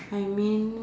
I mean